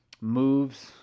moves